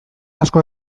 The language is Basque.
asko